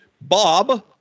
Bob